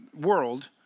world